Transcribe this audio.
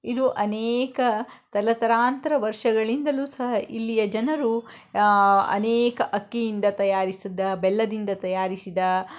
ಇದು ಅನೇಕ ತಲತಲಾಂತರ ವರ್ಷಗಳಿಂದಲೂ ಸಹ ಇಲ್ಲಿಯ ಜನರು ಅನೇಕ ಅಕ್ಕಿಯಿಂದ ತಯಾರಿಸಿದ ಬೆಲ್ಲದಿಂದ ತಯಾರಿಸಿದ